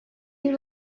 you